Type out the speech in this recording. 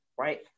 right